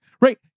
right